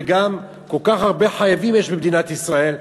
וגם כל כך הרבה חייבים יש במדינת ישראל,